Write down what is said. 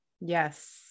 Yes